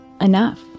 enough